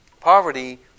Poverty